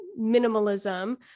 minimalism